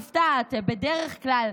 מפריעים לחברת הכנסת מאי גולן.